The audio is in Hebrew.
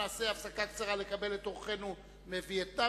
נעשה הפסקה קצרה לקבל את אורחינו מווייטנאם,